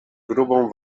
grubą